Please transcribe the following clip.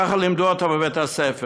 ככה לימדו אותה בבית-הספר.